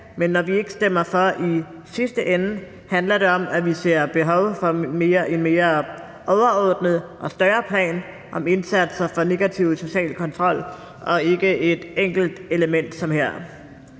men når vi ikke stemmer for det i sidste ende, handler det om, at vi ser et behov for en mere overordnet og større plan om indsatser for negativ social kontrol og ikke et enkelt element som her.